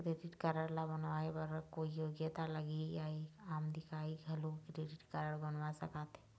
Credit card ला बनवाए बर कोई योग्यता लगही या एक आम दिखाही घलो क्रेडिट कारड बनवा सका थे?